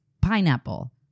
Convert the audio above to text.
pineapple